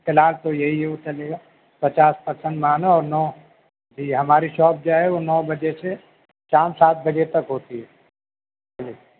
فی الحال تو یہی ہے وہ چلے گا پچاس پرسنٹ مانو اور نو جی ہماری شاپ جو ہے وہ نو بجے سے شام سات بجے تک ہوتی ہے جی